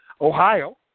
Ohio